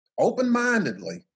open-mindedly